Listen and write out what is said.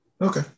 Okay